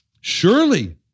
surely